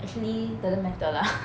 actually doesn't matter lah